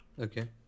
Okay